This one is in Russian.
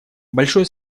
большое